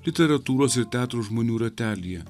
literatūros ir teatro žmonių ratelyje